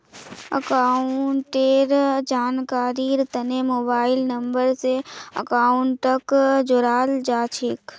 अकाउंटेर जानकारीर तने मोबाइल नम्बर स अकाउंटक जोडाल जा छेक